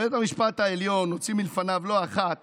בית המשפט העליון הוציא מלפניו לא אחת